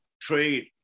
trade